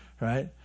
right